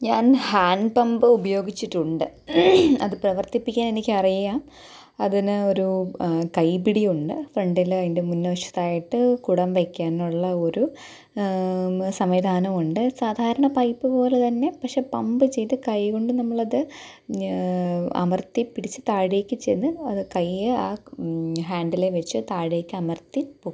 ഞാൻ hand pump ഉപയോഗിച്ചിട്ടുണ്ട് അത് പ്രവർത്തിപ്പിക്കാൻ എനിക്കറിയാം അതിന് ഒരു കൈപ്പിടി ഉണ്ട് ഫ്രണ്ടില് അതിൻ്റെ മുൻവശത്തായിട്ട് കുടം വയ്ക്കാനുള്ള ഒരു സംവിധാനമുണ്ട് സാധാരണ പൈപ്പ് പോലെതന്നെ പക്ഷേ പമ്പ് ചെയ്ത് കൈ കൊണ്ട് നമ്മളത് അമർത്തിപ്പിടിച്ച് താഴേയ്ക്ക് ചെന്ന് അത് കയ്യ് ആ ഹാൻഡിലേ വെച്ച് താഴേക്ക് അമർത്തി പൊ